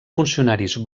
funcionaris